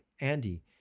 Andy